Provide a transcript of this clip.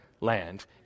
land